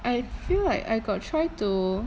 I feel like I got try to